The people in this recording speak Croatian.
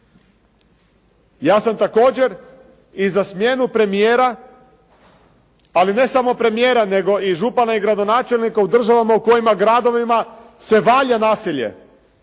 Ja sam također i za smjenu premijera, ali ne samo premijera, nego i župana i gradonačelnika u državama u kojima gradovima se valja nasilje,